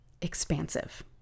expansive